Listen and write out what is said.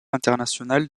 international